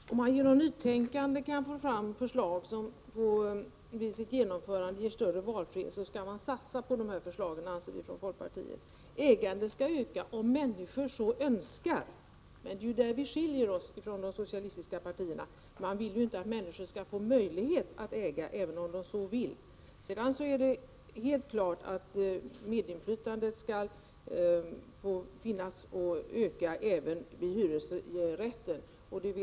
Herr talman! Om man genom nytänkande kan få fram förslag som vid sitt genomförande ger större valfrihet skall man satsa på dessa förslag, anser vi från folkpartiet. Ägandet skall öka om människor så önskar. Men det är ju i fråga om detta vi skiljer oss från det socialistiska partierna, som inte vill att människor skall få möjlighet att äga sin bostad även om de så vill. Det är helt klart att medinflytande skall finnas och öka även för dem som bor i hyresrättslägenheter.